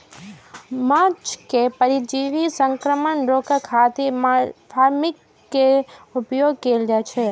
माछ मे परजीवी संक्रमण रोकै खातिर फॉर्मेलिन के उपयोग कैल जाइ छै